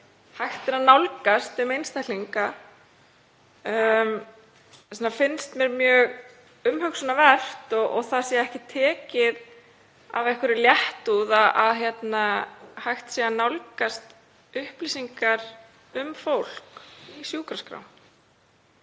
hægt er að nálgast um einstaklinga. Mér finnst því mjög umhugsunarvert og brýnt að því sé ekki tekið af einhverri léttúð að hægt sé að nálgast upplýsingar um fólk í sjúkraskrá.